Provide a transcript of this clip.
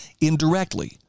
indirectly